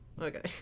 Okay